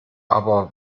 aber